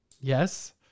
yes